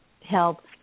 help